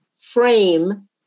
frame